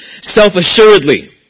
self-assuredly